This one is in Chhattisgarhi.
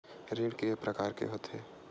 ऋण के प्रकार के होथे?